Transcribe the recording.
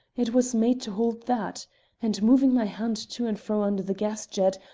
it was made to hold that and moving my hand to and fro under the gas-jet,